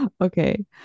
Okay